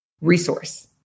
resource